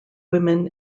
women